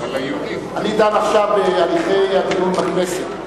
אני דן עכשיו בהליכי התיאום בכנסת.